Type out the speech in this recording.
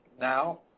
now